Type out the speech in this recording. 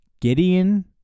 Gideon